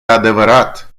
adevărat